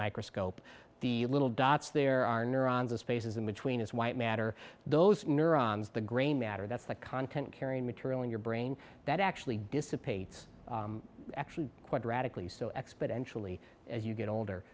microscope the little dots there are neurons the spaces in between his white matter those neurons the grain matter that's the content carrying material in your brain that actually dissipates actually quite radically so exponentially as you get older